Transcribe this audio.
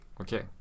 Okay